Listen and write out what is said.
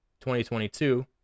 2022